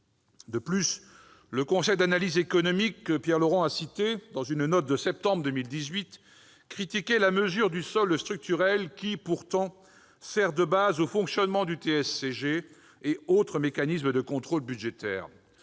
De plus, le Conseil d'analyse économique, que Pierre Laurent a cité, critiquait dans une note de septembre 2018 la mesure du solde structurel qui, pourtant, sert de base au fonctionnement du TSCG et des autres mécanismes de contrôle budgétaire.